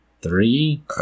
three